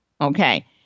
Okay